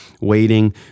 waiting